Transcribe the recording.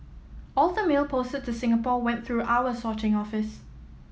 all the mail posted to Singapore went through our sorting office